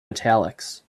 italics